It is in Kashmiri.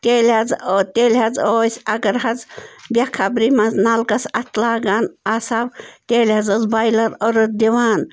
تیٚلہِ حظ تیٚلہِ حظ ٲسۍ اگر حظ بے خبری منٛز نَلکَس اَتھٕ لاگان آسہو تیٚلہِ حظ ٲس بَیلَر أرٕتھ دِوان